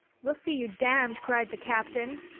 we'll see you damned! cried the captain.